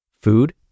Food